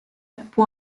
può